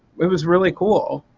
was really cool.